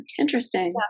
interesting